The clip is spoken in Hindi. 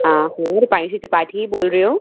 हाँ मैं रुपांशी त्रिपाठी ही बोल रही हूँ